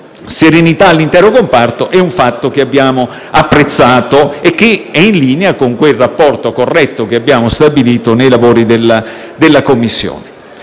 serenità all'intero comparto, è un fatto che abbiamo apprezzato e che è in linea con quel rapporto corretto che abbiamo stabilito nei lavori della Commissione.